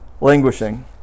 languishing